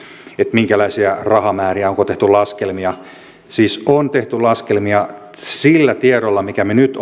minkälaisia rahamääriä onko tehty laskelmia siis on tehty laskelmia sillä tiedolla minkä me nyt